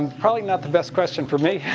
and probably not the best question for me.